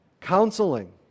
Counseling